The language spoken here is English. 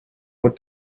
would